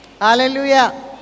Hallelujah